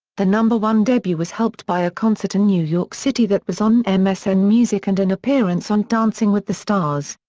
the number one debut was helped by a concert in new york city that was on um msn and music and an appearance on dancing with the stars.